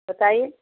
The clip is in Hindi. बताइए